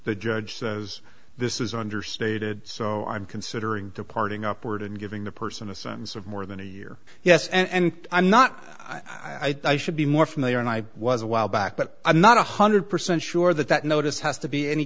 the judge says this is understated so i'm considering departing upward and giving the person a sentence of more than a year yes and i'm not i should be more familiar and i was a while back but i'm not one hundred percent sure that that notice has to be any